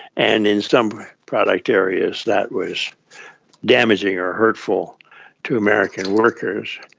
and in some product areas that was damaging or hurtful to american workers.